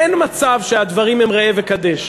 אין מצב שהדברים הם ראה וקדש.